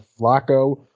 Flacco